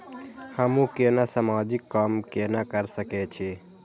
हमू केना समाजिक काम केना कर सके छी?